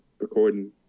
recording